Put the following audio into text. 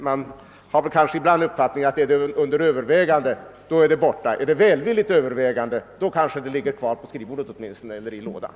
Man får ibland uppfattningen att »under övervägande» betyder att ett ärende är borta, medan »under välvilligt övervägande» betyder att det ligger kvar på skrivbordet eller i skrivbordslådan.